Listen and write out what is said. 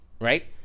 Right